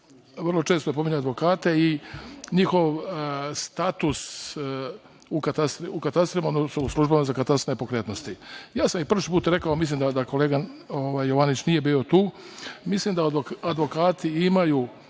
vrlo često je pominjao advokate i njihov status u katastrima, odnosno u službama za katastar nepokretnosti. Ja sam i prošli put rekao, mislim da kolega Jovanović nije bio tu, mislim da advokati imaju